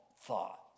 thought